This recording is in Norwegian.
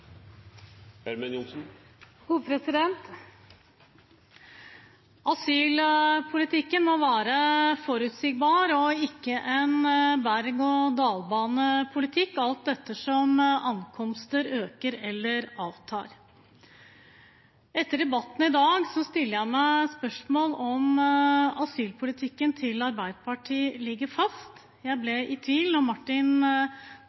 ikke en berg-og-dalbane-politikk, alt ettersom antallet ankomster øker eller avtar. Etter debatten i dag stiller jeg meg spørsmål om hvorvidt asylpolitikken til Arbeiderpartiet ligger fast. Jeg